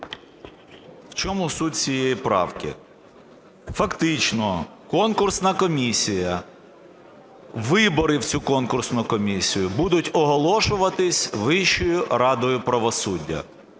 В чому суть цієї правки? Фактично конкурсна комісія, вибори в цю конкурсну комісію будуть оголошуватися Вищою радою правосуддя.